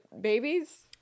babies